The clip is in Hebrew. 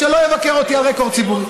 אז שלא יבקר אותי על רקורד ציבורי.